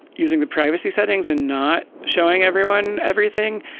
using the privacy settings and not showing everyone everything.